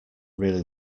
really